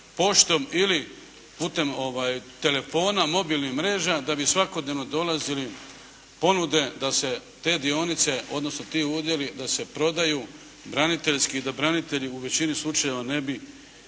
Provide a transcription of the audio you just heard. poštom ili putem telefona, mobilnih mreža, da bi svakodnevno dolazili ponude da se te dionice odnosno ti udjeli da se prodaju braniteljski i da branitelji u većini slučajeva ne bi